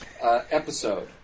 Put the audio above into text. episode